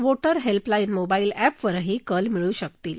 voter helpline mobile अप्रविरही कल मिळू शकतील